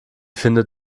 findet